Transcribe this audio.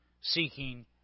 seeking